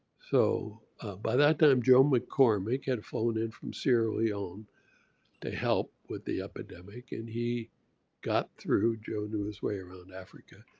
so by that time joe mccormick had flown in from sierra leone to help with the epidemic. and he got through, joe knew his way around africa.